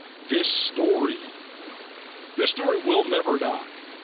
this story this story will never die